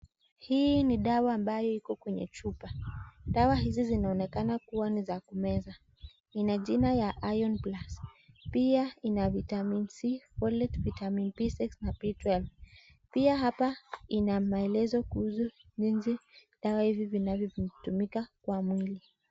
Hii ni dawa ambayo iko kwenye chupa. Dawa hizi zinaonekana kua ni za kumeza. Ina jina ya iron plus pia ina vitamin c ,folet vitamin B6 na b12 . Pia hapa ina maelezo kuhusu jinsi dawa hizi zinavyotumika kwa mwili.